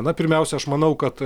na pirmiausia aš manau kad